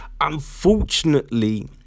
unfortunately